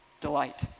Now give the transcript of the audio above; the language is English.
Delight